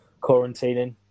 quarantining